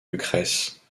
lucrèce